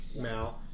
now